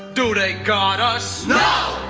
do they got us? no.